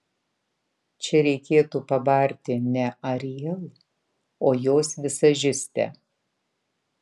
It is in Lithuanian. čia reikėtų pabarti ne ariel o jos vizažistę